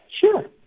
Sure